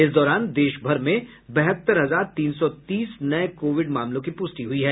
इस दौरान देशभर में बहत्तर हजार तीन सौ तीस नये कोविड मामलों की पुष्टि हुई है